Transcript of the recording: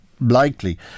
likely